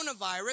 coronavirus